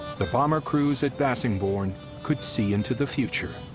the bomber crews at bassingbourn could see into the future.